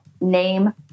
name